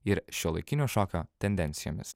ir šiuolaikinio šokio tendencijomis